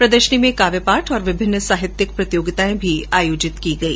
प्रदर्शनी में काव्य पाठ और विभिन्न साहित्यिक प्रतियोगितायें भी आयोजित की गई